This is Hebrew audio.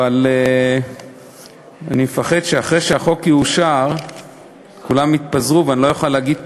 אבל אני מפחד שאחרי שהחוק יאושר כולם יתפזרו ואני לא אוכל להגיד תודה.